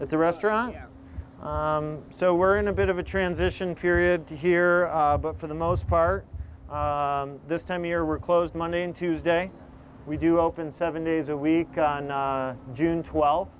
at the restaurant so we're in a bit of a transition period to here but for the most part this time of year we're closed monday and tuesday we do open seven days a week on june twelfth